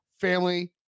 family